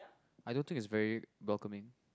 I don't think it's very welcoming